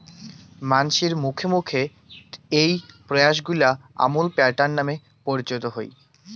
মানসির মুখে মুখে এ্যাই প্রয়াসগিলা আমুল প্যাটার্ন নামে পরিচিত হই